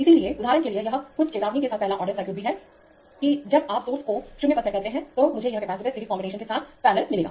इसलिए उदाहरण के लिए यह कुछ चेतावनी के साथ पहला ऑर्डर सर्किट भी है कि जब आप सोर्स को 0 पर सेट करते हैं तो मुझे यह कैपेसिटर सीरीज कॉम्बिनेशन के साथ पैरलल मिलेगा